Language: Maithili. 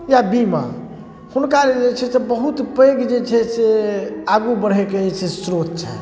या बीमा हुनका लेल जे छै से बहुत पैघ जे छै से आगू बढ़ैके जे छै से स्रोत छनि